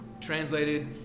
translated